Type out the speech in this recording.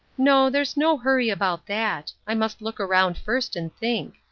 no, there's no hurry about that i must look around first, and think.